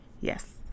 Yes